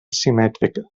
simètrica